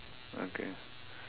okay